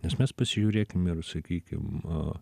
nes mes pasižiūrėkim ir sakykim